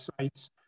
sites